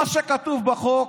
מה שכתוב בחוק,